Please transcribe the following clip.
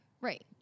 Right